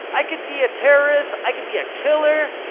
i could be a terrorist. i could be a killer.